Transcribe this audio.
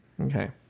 Okay